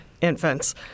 infants